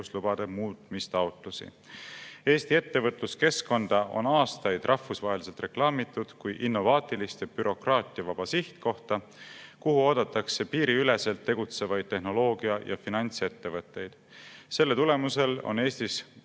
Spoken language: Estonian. Eesti ettevõtluskeskkonda on aastaid rahvusvaheliselt reklaamitud kui innovaatilist ja bürokraatiavaba sihtkohta, kuhu oodatakse piiriüleselt tegutsevaid tehnoloogia- ja finantsettevõtteid. Selle tulemusel on Eestis